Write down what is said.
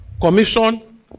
commission